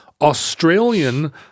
Australian